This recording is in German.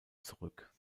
zurück